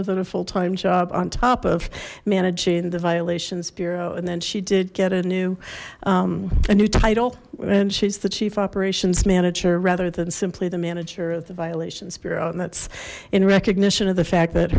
than a full time job on top of managing the violations bureau and then she did get a new a new title and she's the chief operations manager rather than simply the manager of the violations bureau and that's in recognition of the fact that